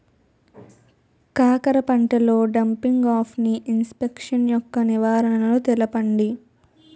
కాకర పంటలో డంపింగ్ఆఫ్ని ఇన్ఫెక్షన్ యెక్క నివారణలు తెలపండి?